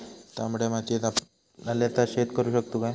तामड्या मातयेत आल्याचा शेत करु शकतू काय?